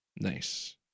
Nice